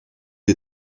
des